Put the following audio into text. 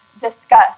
discuss